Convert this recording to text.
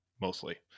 mostly